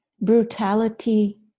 brutality